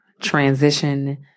transition